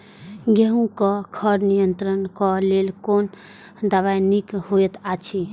गेहूँ क खर नियंत्रण क लेल कोन दवा निक होयत अछि?